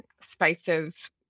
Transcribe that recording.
spaces